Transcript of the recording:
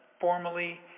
formally